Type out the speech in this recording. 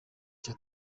cya